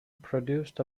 produced